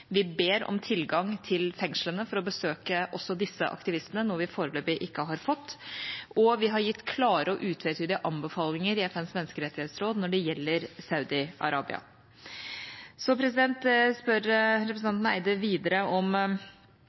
Vi ber om tilgang til fengslene for å besøke også disse aktivistene – noe vi foreløpig ikke har fått – og vi har gitt klare og utvetydige anbefalinger i FNs menneskerettighetsråd når det gjelder Saudi-Arabia. Representanten Eide spør videre om